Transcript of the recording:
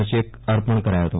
નો cheque અર્પણ કરાયો ફતો